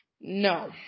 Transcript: No